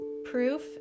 Proof